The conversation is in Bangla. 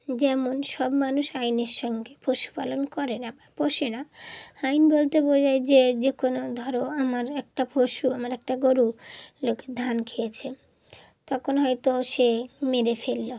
যেমন সব মানুষ আইনের সঙ্গে পশুপালন করে না বা পোষে না আইন বলতে বোঝায় যে যে কোনো ধরো আমার একটা পশু আমার একটা গরু লোকে ধান খেয়েছে তখন হয়তো সে মেরে ফেললো